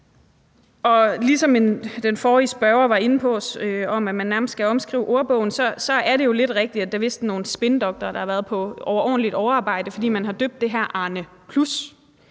på. Ligesom den forrige spørger var inde på, med hensyn til om man nærmest skal omskrive ordbogen, så er det jo lidt rigtigt, at der vist er nogle spindoktorer, der har været på overordentligt overarbejde, da man har døbt det her Arnepluspension.